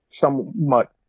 somewhat